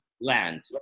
land